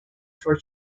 for